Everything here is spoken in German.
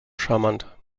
charmant